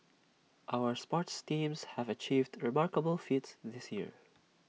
our sports teams have achieved remarkable feats this year